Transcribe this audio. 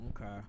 okay